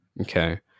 Okay